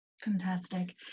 fantastic